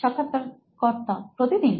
সাক্ষাৎকারকর্তা প্রতিদিন